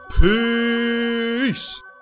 Peace